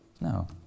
No